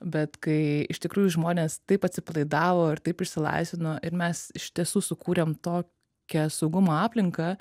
bet kai iš tikrųjų žmonės taip atsipalaidavo ir taip išsilaisvino ir mes iš tiesų sukūrėm tokią saugumo aplinką